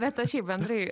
bet aš šiaip bendrai